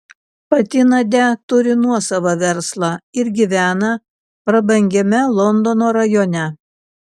pati nadia turi nuosavą verslą ir gyvena prabangiame londono rajone